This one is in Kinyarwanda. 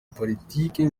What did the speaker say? politiki